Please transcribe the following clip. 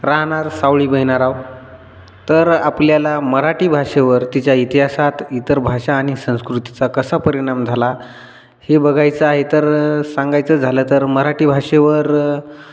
राहणार सावळी बहिनारहव तर आपल्याला मराठी भाषेवर तिच्या इतिहासात इतर भाषा आणि संस्कृतीचा कसा परिणाम झाला हे बघायचा इतर सांगायचं झालं तर मराठी भाषेवर